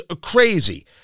crazy